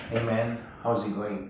!hey! man how's it going